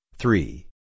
Three